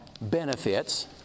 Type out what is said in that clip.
benefits